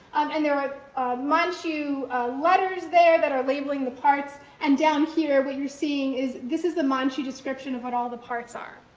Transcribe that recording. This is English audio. and there are manchu letters there that are labeling the parts, and down here what you're seeing is this is a manchu description of what all the parts are.